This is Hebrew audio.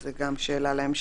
אז זו גם שאלה להמשך.